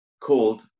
called